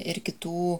ir kitų